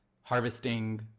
harvesting